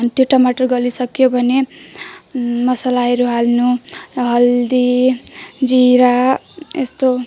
अनि त्यो टमाटर गलिसक्यो भने मसलाहरू हाल्नु हर्दी जिरा यस्तो